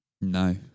No